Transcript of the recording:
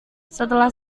setelah